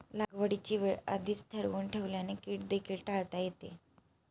लागवडीची वेळ आधीच ठरवून ठेवल्याने कीड देखील टाळता येते